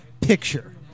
Picture